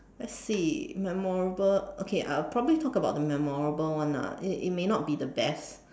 let's see memorable okay I'll probably talk about the memorable one lah it it may not be the best